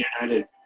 United